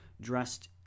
dressed